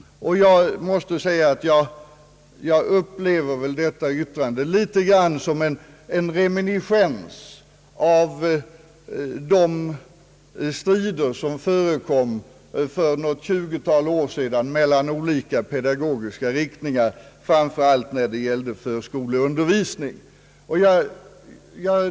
Jag upplever yttrandet litet grand som en reminiscens av de strider som förekom för ett tjugotal år sedan mellan olika pe dagogiska riktningar, framför allt när det gällde förskoleundervisningen.